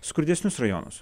skurdesnius rajonus